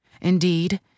Indeed